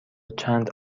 چند